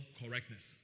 correctness